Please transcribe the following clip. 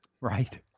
Right